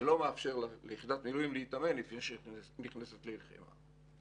שלא מאפשר ליחידת מילואים להתאמן לפני שהיא נכנסת ללחימה.